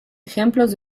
ejemplos